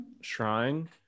shrine